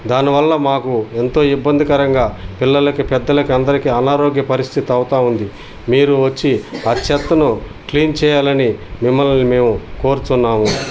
దానివల్ల మాకు ఎంతో ఇబ్బందికరంగా పిల్లలకి పెద్దలకి అందరికీ అనారోగ్య పరిస్థితి అవుతూ ఉంది మీరు వచ్చి ఆ చెత్తను క్లీన్ చేయాలని మిమ్మల్ని మేము కోరుచున్నాము